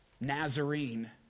Nazarene